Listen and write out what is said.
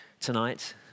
tonight